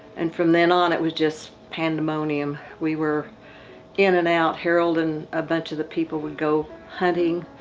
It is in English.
and from then on, it was just pandemonium. we were in and out. harold and a bunch of the people would go hunting,